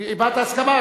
הבעתי הסכמה לדבריו.